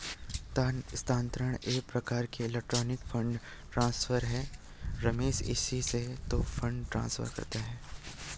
तार स्थानांतरण एक प्रकार का इलेक्ट्रोनिक फण्ड ट्रांसफर है रमेश इसी से तो फंड ट्रांसफर करता है